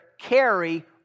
carry